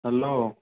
hello